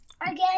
again